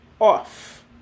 off